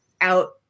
out